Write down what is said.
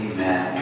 Amen